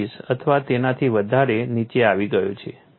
36 અથવા તેનાથી વધારે નીચે આવી ગયો છે